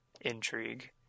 intrigue